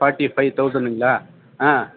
forty five தொளசணுங்களா ஆ